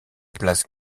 place